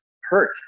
hurt